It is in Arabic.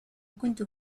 كنت